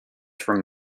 from